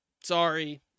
sorry